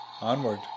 Onward